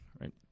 right